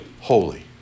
holy